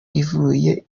ivuye